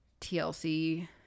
TLC